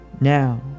now